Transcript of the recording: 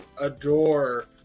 adore